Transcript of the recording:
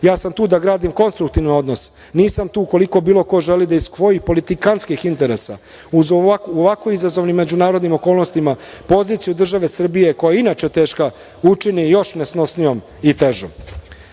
sam tu da gradim konstruktivni odnos. Nisam tu ukoliko bilo ko želi da iz svojih politikantskih interesa, u ovako izazovnim međunarodnim okolnostima, poziciju države Srbije, koja je inače teška, učini još nesnosnijom i